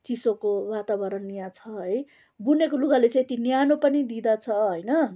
चिसोको वातावरण यहाँ छ है बुनेको लुगाले चाहिँ यति न्यानो पनि दिँदछ होइन